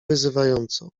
wyzywająco